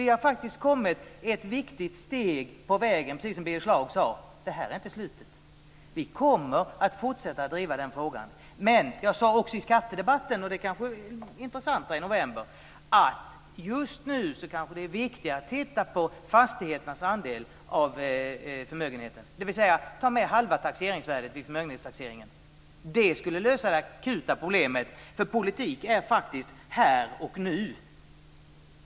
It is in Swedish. Vi har faktiskt kommit ett viktigt steg på vägen och, precis som Birger Schlaug sade: Det här är inte slutet. Vi kommer att fortsätta att driva den frågan. Men jag sade också i skattedebatten i november, vilket kanske är intressantare, att just nu är det viktigare att titta på fastigheternas andel av förmögenheten, dvs. ta med halva taxeringsvärdet vid förmögenhetstaxeringen. Det skulle lösa det akuta problemet. Politik är faktiskt här och nu.